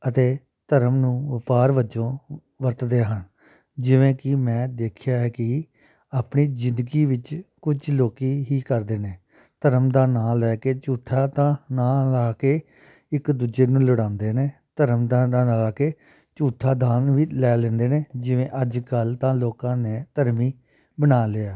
ਅਤੇ ਧਰਮ ਨੂੰ ਵਪਾਰ ਵਜੋਂ ਵਰਤਦੇ ਹਨ ਜਿਵੇਂ ਕਿ ਮੈਂ ਦੇਖਿਆ ਹੈ ਕਿ ਆਪਣੀ ਜ਼ਿੰਦਗੀ ਵਿੱਚ ਕੁਝ ਲੋਕ ਹੀ ਕਰਦੇ ਨੇ ਧਰਮ ਦਾ ਨਾਂ ਲੈ ਕੇ ਝੂਠਾ ਤਾਂ ਨਾਂ ਲਾ ਕੇ ਇੱਕ ਦੂਜੇ ਨੂੰ ਲੜਾਉਂਦੇ ਨੇ ਧਰਮ ਦਾ ਨਾਂ ਲਾ ਕੇ ਝੂਠਾ ਦਾਨ ਵੀ ਲੈ ਲੈਂਦੇ ਨੇ ਜਿਵੇਂ ਅੱਜ ਕੱਲ੍ਹ ਤਾਂ ਲੋਕਾਂ ਨੇ ਧਰਮ ਹੀ ਬਣਾ ਲਿਆ